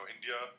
India